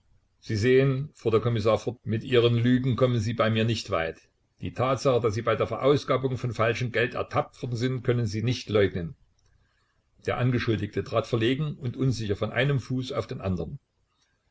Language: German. sie sehen fuhr der kommissar fort mit ihren lügen kommen sie bei mir nicht weit die tatsache daß sie bei der verausgabung von falschem geld ertappt worden sind können sie nicht leugnen der angeschuldigte trat verlegen und unsicher von einem fuß auf den andern